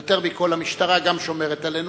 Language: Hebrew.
יותר מכול עם המשטרה, ולפעמים